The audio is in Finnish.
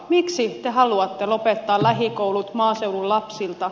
miksi te haluatte lopettaa lähikoulut maaseudun lapsilta